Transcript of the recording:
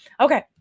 Okay